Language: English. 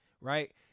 right